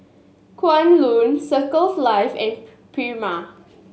Kwan Loong Circle Life and Prima